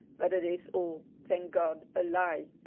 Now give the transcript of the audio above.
but it is all, thank god, a lie.